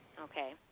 okay